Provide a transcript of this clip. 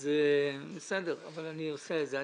אבל אני עושה את זה.